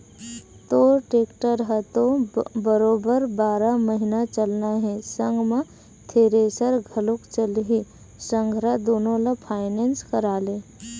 तोर टेक्टर ह तो बरोबर बारह महिना चलना हे संग म थेरेसर घलोक चलही संघरा दुनो ल फायनेंस करा ले